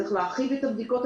שצריך להרחיב את הבדיקות,